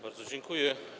Bardzo dziękuję.